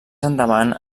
endavant